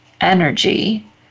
energy